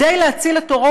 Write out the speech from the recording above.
זה הוא.